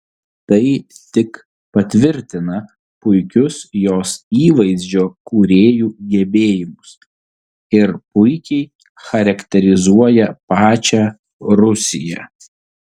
tai tik patvirtina puikius jos įvaizdžio kūrėjų gebėjimus ir puikiai charakterizuoja pačią rusiją